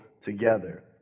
together